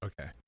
Okay